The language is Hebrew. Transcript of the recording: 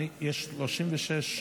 יש 36 דוברים.